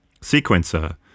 sequencer